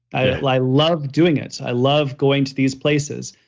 i love doing it. i love going to these places.